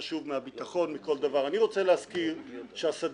אנחנו כאשר הגשנו עתירה לפני מספר שנים,